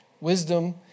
Wisdom